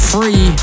Free